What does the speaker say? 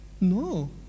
no